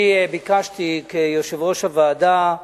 אני ביקשתי, כיושב-ראש הוועדה,